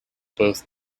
both